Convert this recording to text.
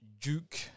Duke